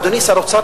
אדוני שר האוצר,